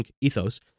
ethos